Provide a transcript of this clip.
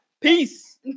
Peace